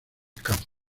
campos